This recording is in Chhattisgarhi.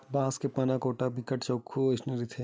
बांस के पाना के कोटा ह बिकट के चोक्खू अइसने रहिथे